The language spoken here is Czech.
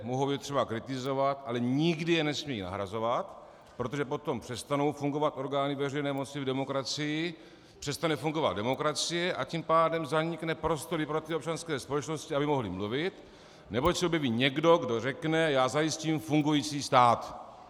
Mohou je třeba kritizovat, ale nikdy je nesmí nahrazovat, protože potom přestanou fungovat orgány veřejné moci v demokracii, přestane fungovat demokracie, a tím pádem zanikne i prostor pro občanské společnosti, aby mohly mluvit, neboť se objeví někdo, kdo řekne: já zajistím fungující stát.